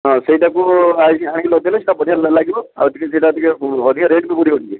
ହଁ ସେଇଟାକୁ ଆଣି ଆଣିକି ଲଗେଇଲେ ସେଇଟା ବଢ଼ିଆ ଲାଗିବ ଆଉ ଟିକିଏ ସେଇଟା ଟିକିଏ ଅଧିକା ରେଟ୍ ବି ପଡ଼ିବ ଟିକିଏ